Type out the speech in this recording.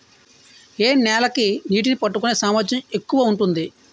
ఏ నేల కి నీటినీ పట్టుకునే సామర్థ్యం ఎక్కువ ఉంటుంది?